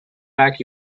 back